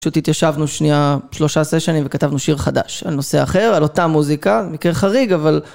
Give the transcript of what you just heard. פשוט התיישבנו שנייה שלושה סשנים וכתבנו שיר חדש, על נושא אחר, על אותה מוזיקה, מקרה חריג אבל...